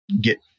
get